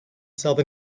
south